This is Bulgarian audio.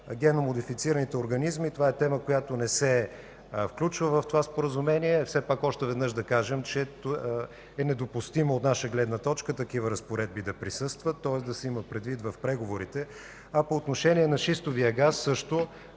генно модифицираните организми са тема, която не се включва в това споразумение. Още веднъж да кажем, че е недопустимо от наша гледна точка такива разпоредби да присъстват. Тоест да се има предвид в преговорите. По отношение на шистовия газ също